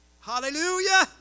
Hallelujah